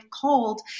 called